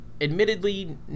admittedly